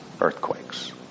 earthquakes